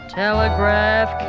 telegraph